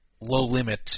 low-limit